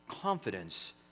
confidence